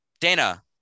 Dana